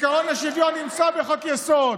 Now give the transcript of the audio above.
עקרון השוויון נמצא בחוק-יסוד.